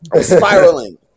spiraling